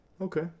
Okay